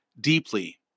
deeply